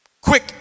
Quick